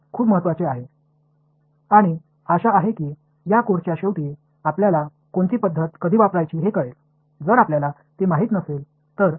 என்பது மிகவும் முக்கியமானது மற்றும் இந்த பாடத்திட்டத்தின் முடிவில் எந்த முறை எப்போது விண்ணப்பிக்க வேண்டும் என்பதை நீங்கள் அறிவீர்கள்